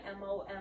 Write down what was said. MOM